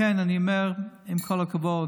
לכן אני אומר, עם כל הכבוד,